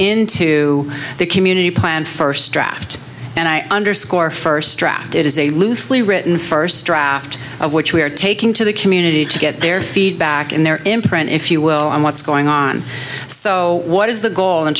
into the community plan first draft and i underscore first draft it is a loosely written first draft which we are taking to the community to get their feedback in their imprint if you will on what's going on so what is the goal in